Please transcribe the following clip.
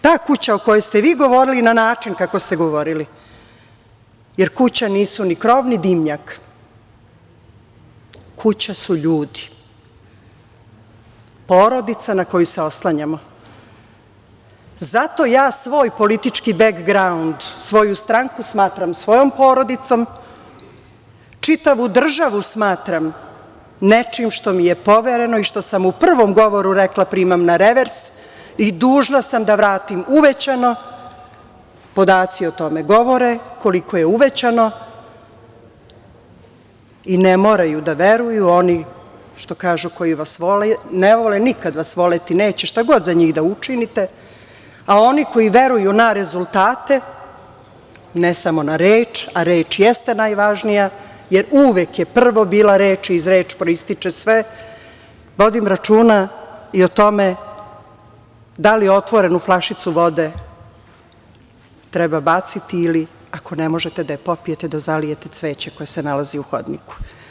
Ta kuća o kojoj ste vi govorili na način kako ste govorili, jer kuća nisu ni krov ni dimnjak, kuća su ljudi, porodica na koju se oslanjamo i zato ja svoj politički begraund, svoju stranku smatram svojom porodicom, čitavu državu smatram nečim što mi je povereno i što sam u prvom govoru rekla, primam na revers, i dužna sam da vratim uvećano, sad podaci već o tome govore, koliko je uvećano i ne moraju da veruju oni što kažu, koji vas vole, ne vole, nikad vas voleti neće, šta god za njih da učinite, a oni koji veruju na rezultate, ne samo na reč, a reč jeste najvažnija, jer uvek je prvo bila reč, a iz reči proističe sve, vodim računa i o tome, da li otvorenu flašicu vode treba baciti ili ako ne možete da je popijete da zalijete cveće koje se nalazi u hodniku.